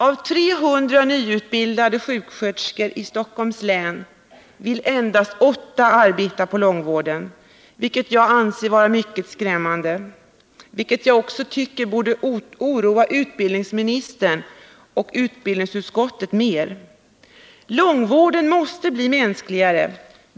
Av 300 nyutbildade sjuksköterskor i Stockholms län vill endast åtta arbeta inom långvården, vilket jag anser mycket skrämmande. Det borde oroa utbildningsministern och utbildningsutskottet mer. Långvården måste bli mänskligare.